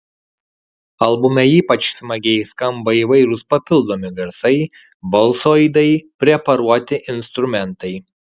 albume ypač smagiai skamba įvairūs papildomi garsai balso aidai preparuoti instrumentai